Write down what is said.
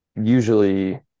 usually